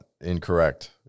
incorrect